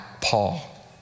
Paul